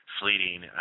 Fleeting